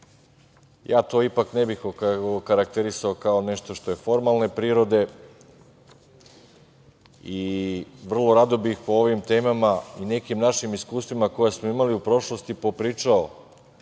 Ja to ipak ne bih okarakterisao, kao nešto što je formalne prirode i vrlo rado bih, po ovim temama i nekim našim iskustvima, koje smo imali u prošlosti, popričao